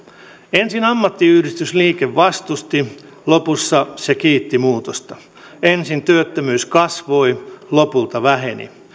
ensin ammattiyhdistysliike vastusti lopussa se kiitti muutosta ensin työttömyys kasvoi lopulta väheni